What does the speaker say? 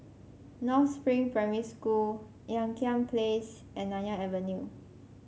North Spring Primary School Ean Kiam Place and Nanyang Avenue